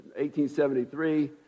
1873